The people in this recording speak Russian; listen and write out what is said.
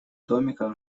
домиках